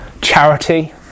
charity